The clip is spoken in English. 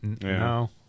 No